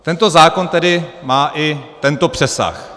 Tento zákon tedy má i tento přesah.